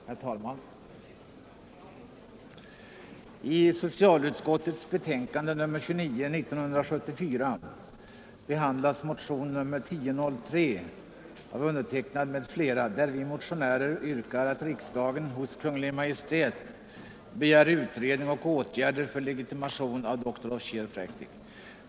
Herr talman! I socialutskottets förevarande betänkande nr 29 behandlas motionen 1003, där vi motionärer yrkar att riksdagen hos Kungl. Maj:t begär utredning och åtgärder för legitimation av Doctors of Chiropractic.